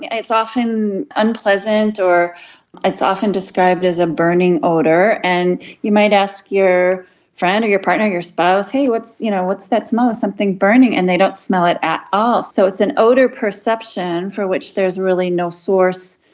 it's often unpleasant, it's it's often described as a burning odour. and you might ask your friend or your partner, your spouse hey, what's you know what's that smell, is something burning? and they don't smell it at all. so it's an odour perception for which there is really no source,